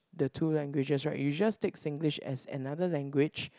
the two languages right you just take Singlish as another language